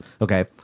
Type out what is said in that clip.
Okay